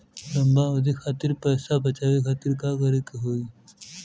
लंबा अवधि खातिर पैसा बचावे खातिर का करे के होयी?